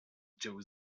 dziełu